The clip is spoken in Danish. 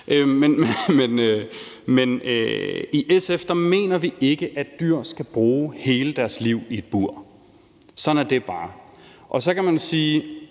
I SF mener vi ikke, at dyr skal bruge hele deres liv i et bur. Sådan er det bare. Så kan man spørge,